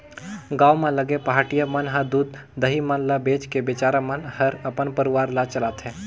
गांव म लगे पहाटिया मन ह दूद, दही मन ल बेच के बिचारा मन हर अपन परवार ल चलाथे